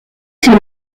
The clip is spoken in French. s’il